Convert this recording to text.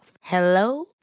Hello